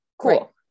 Cool